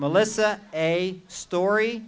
melissa a story